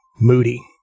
moody